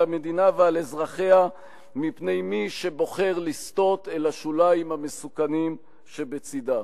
על המדינה ועל אזרחיה מפני מי שבוחר לסטות אל השוליים המסוכנים שבצדה.